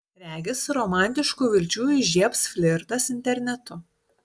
regis romantiškų vilčių įžiebs flirtas internetu